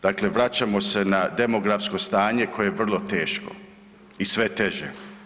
Dakle, vraćamo se na demografsko stanje koje je vrlo teško i sve je teže.